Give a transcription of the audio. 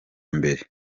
mbere